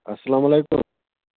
اَسلامُ علیکُم